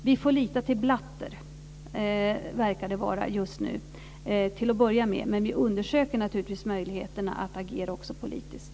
Vi får lita till Blatter - så verkar det vara just nu - till att börja med. Men vi undersöker naturligtvis möjligheten att agera också politiskt.